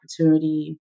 opportunity